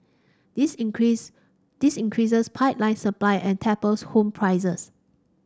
this increase this increases pipeline supply and tapers home prices